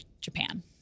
Japan